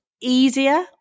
easier